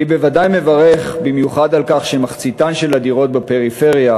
אני בוודאי מברך במיוחד על כך שמחציתן של הדירות בפריפריה,